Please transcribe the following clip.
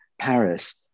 Paris